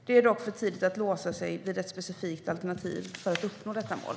Det är dock för tidigt att låsa sig vid ett specifikt alternativ för att uppnå detta mål.